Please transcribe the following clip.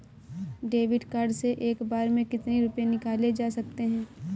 David card से एक बार में कितनी रूपए निकाले जा सकता है?